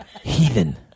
Heathen